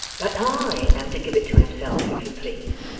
but i am to give it to himself, if you please